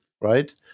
right